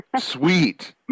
Sweet